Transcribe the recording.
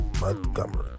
Montgomery